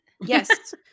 Yes